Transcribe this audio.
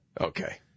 Okay